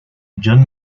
john